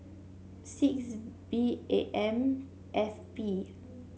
six B A M F P